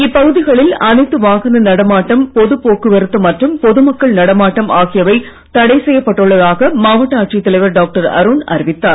இப்பகுதிகளில் அனைத்து வாகன நடமாட்டம் பொது போக்குவரத்து மற்றும் பொது மக்கள் நடமாட்டம் ஆகியவை தடை செய்யப்பட்டுள்ளதாக மாவட்ட ஆட்சித் தலைவர் டாக்டர் அருண் அறிவித்துள்ளார்